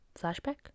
Flashback